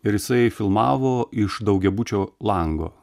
ir jisai filmavo iš daugiabučio lango